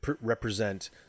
represent